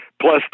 plus